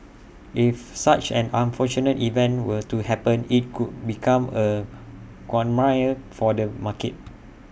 if such an unfortunate event were to happen IT could become A quagmire for the market